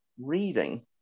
reading